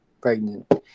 pregnant